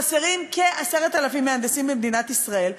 חסרים כ-10,000 מהנדסים במדינת ישראל.